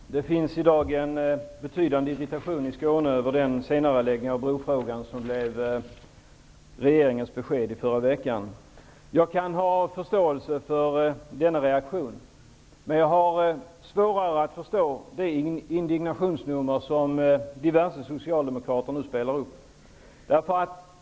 Fru talman! Det finns i dag en betydande irritation i Skåne över den senareläggning av brofrågan som blev regeringens besked i förra veckan. Jag kan ha förståelse för denna reaktion. Jag har svårare att förstå det indignationsnummer som diverse socialdemokrater nu spelar upp.